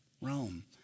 Rome